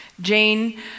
Jane